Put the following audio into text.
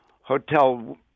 hotel